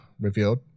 revealed